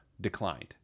Declined